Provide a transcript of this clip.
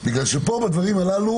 בגלל שבדברים הללו